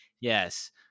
Yes